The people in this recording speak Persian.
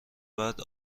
بعد